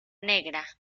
negra